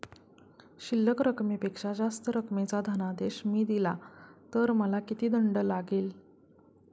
शिल्लक रकमेपेक्षा जास्त रकमेचा धनादेश मी दिला तर मला किती दंड लागेल?